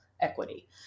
equity